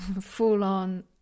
full-on